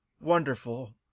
wonderful